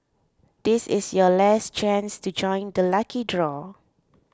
this is your last chance to join the lucky draw